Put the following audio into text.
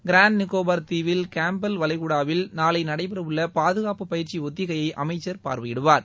grand Nicobar தீவில் Campbell வளைகுடாவில் நாளை நடைபெற உள்ள பாதுகாப்பு பயிற்சி ஒத்திகையை அமைச்சர் பார்வையிடுவார்